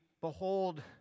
behold